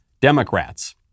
Democrats